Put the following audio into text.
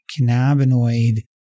cannabinoid